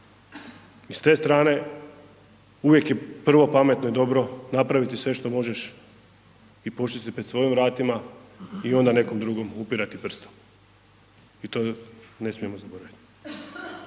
I s te strane uvijek je prvo pametno i dobro napraviti što možeš i počisti pred svojim vratima i onda nekog drugog upirat prstom i to ne smijemo zaboraviti.